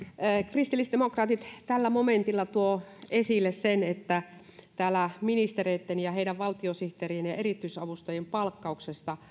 kristillisdemokraatit tällä momentilla tuo esille sen että täällä ministereitten ja heidän valtiosihteeriensä ja erityisavustajiensa palkkauksesta tulisi